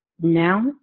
Now